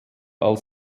als